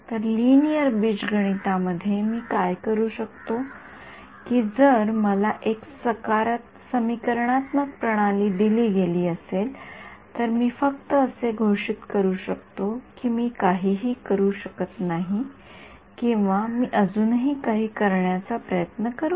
तर लिनिअर बीजगणितामध्ये मी काय करू शकतो की जर मला एक समीकरणात्मक प्रणाली दिली गेली असेल तर मी फक्त असे घोषित करू की मी काहीही करू शकत नाही किंवा मी अजूनही काही करण्याचा प्रयत्न करू